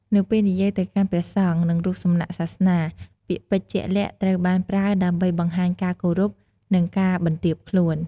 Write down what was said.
នៅពេលនិយាយទៅកាន់ព្រះសង្ឃ និងរូបសំណាកសាសនា ពាក្យពេចន៍ជាក់លាក់ត្រូវបានប្រើដើម្បីបង្ហាញការគោរព និងការបន្ទាបខ្លួន។